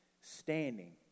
standing